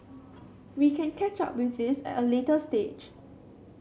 we can catch up with this at a later stage